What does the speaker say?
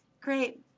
Great